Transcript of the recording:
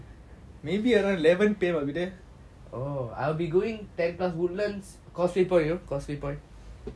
maybe around eleven P_M will be there oh I'll be going ten plus woodlands causeway point you know causeway point